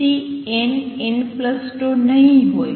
Cnnτ નહીં હોય